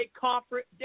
conference